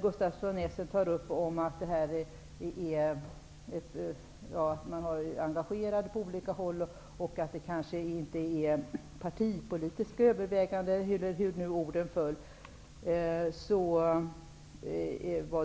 Gustaf von Essen talar om det engagemang på olika håll som funnits och säger att det inte bara varit fråga om partipolitiska överväganden -- jag minns inte riktigt hur hans ord föll. När